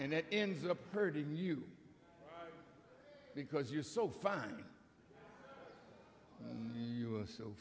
and it ends up hurting you because you're so fine